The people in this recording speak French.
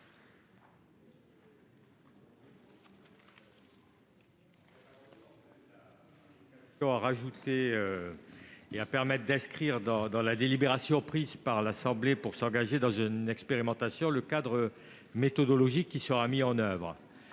Guy Benarroche. L'amendement tend à inscrire dans la délibération prise par l'assemblée pour s'engager dans une expérimentation le cadre méthodologique qui sera mis en oeuvre.